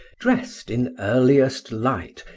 drest in earliest light,